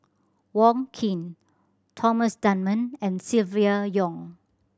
Wong Keen Thomas Dunman and Silvia Yong